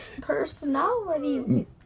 Personality